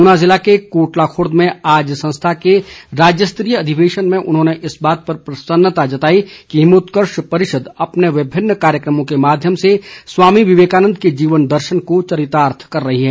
ऊना ज़िले के कोटला खुर्द में आज संस्था के राज्यस्तरीय अधिवेशन में उन्होंने इस बात पर प्रसन्नता जताई कि हिमोत्कर्ष परिषद अपने विभिन्न कार्यक्रमों के माध्यम से स्वामी विवेकानन्द के जीवन दर्शन को चरितार्थ कर रही है